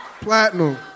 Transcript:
platinum